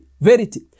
verity